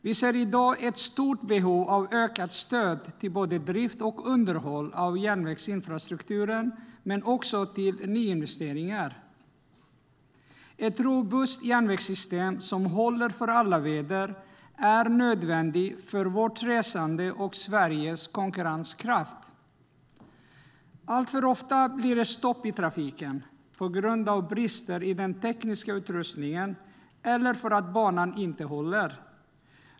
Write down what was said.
Vi ser i dag ett stort behov av ökat stöd till drift och underhåll av järnvägsinfrastrukturen men också till nyinvesteringar. Ett robust järnvägssystem som håller för alla väder är nödvändigt för vårt resande och Sveriges konkurrenskraft. Allt för ofta blir det stopp i trafiken på grund av brister i den tekniska utrustningen eller på grund av att banan inte håller.